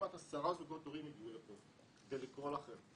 כמעט עשרה זוגות הורים הגיעו לפה כדי לקרוא לכם.